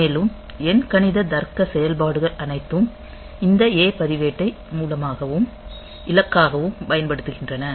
மேலும் எண்கணித தர்க்க செயல்பாடுகள் அனைத்தும் இந்த A பதிவேட்டை மூலமாகவும் இலக்காகவும் பயன்படுத்துகின்றன